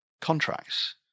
contracts